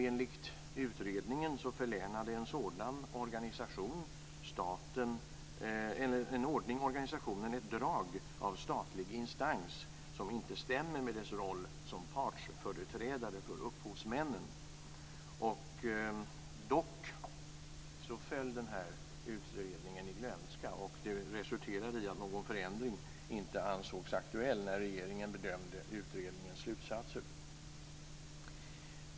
Enligt utredningen förlänade en sådan ordning organisationen ett drag av statlig instans som inte stämmer med dess roll som partsföreträdare för upphovsmännen. Dock föll denna utredning i glömska, och det resulterade i att någon förändring inte ansågs aktuell när regeringen bedömde utredningens slutsatser.